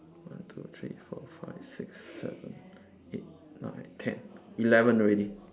one two three four five six seven eight nine ten eleven already